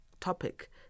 topic